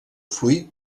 fluid